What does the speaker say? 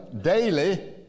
daily